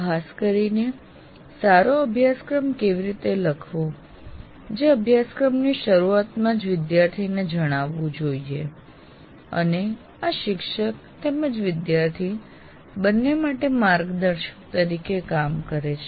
ખાસ કરીને સારો અભ્યાસક્રમ કેવી રીતે લખવો જે અભ્યાસક્રમની શરૂઆતમાં જ વિદ્યાર્થીઓને જણાવવું જોઈએ અને આ શિક્ષક તેમજ વિદ્યાર્થી બંને માટે માર્ગદર્શક તરીકે કામ કરે છે